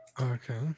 okay